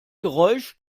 geräusch